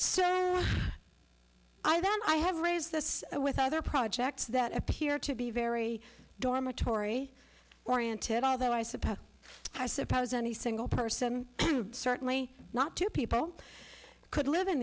then i have raised this with other projects that appear to be very dormitory oriented although i suppose i suppose any single person certainly not two people could live in